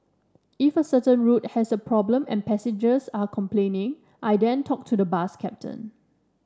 if a certain route has a problem and passengers are complaining I then talk to the bus captain